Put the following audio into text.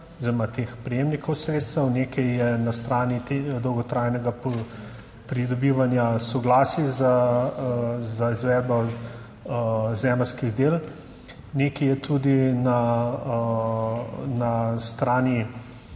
teh prejemnikov sredstev, nekaj je na strani dolgotrajnega pridobivanja soglasij za izvedbo zemeljskih del, nekaj je tudi na strani